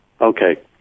okay